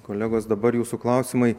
kolegos dabar jūsų klausimai